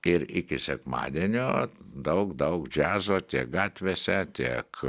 ir iki sekmadienio daug daug džiazo tiek gatvėse tiek